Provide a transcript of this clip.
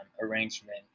arrangement